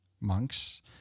Monks